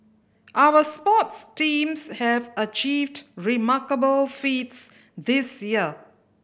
our sports teams have achieved remarkable feats this year